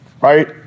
right